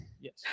Yes